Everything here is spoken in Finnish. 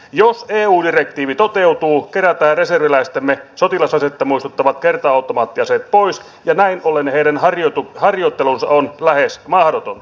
jos eu direktiivi toteutuu kerätään reserviläistemme sotilasasetta muistuttavat kerta automaattiaseet pois ja näin ollen heidän harjoittelunsa on lähes mahdotonta